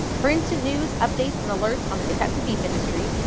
for instant news, updates and alerts on the kentucky beef industry,